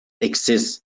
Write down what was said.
exists